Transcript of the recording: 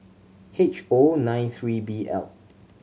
H O nine three B L